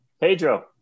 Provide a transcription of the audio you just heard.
Pedro